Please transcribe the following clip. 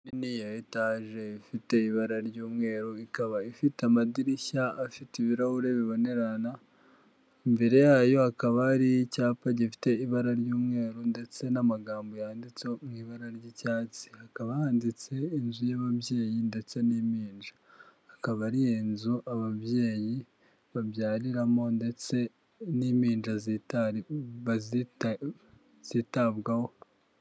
Inzu kandi ya etaje ifite ibara ry'umweru ikaba ifite amadirishya afite ibirahuri bibonerana, imbere yayo hakaba ari icyapa gifite ibara ry'umweru ndetse n'amagambo yanditseho mu ibara ry'icyatsi. Hakaba handitse inzu y'ababyeyi ndetse n'impinja. Akaba ari iyo nzu ababyeyi babyariramo ndetse n'impinja zitabwaho.